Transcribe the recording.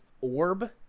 orb